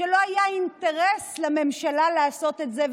שלא היה אינטרס לממשלה לעשות את זה.